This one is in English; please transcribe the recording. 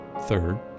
Third